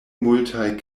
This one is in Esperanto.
multaj